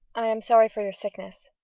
i am sorry for your sickness.